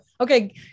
Okay